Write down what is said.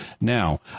Now